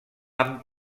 amb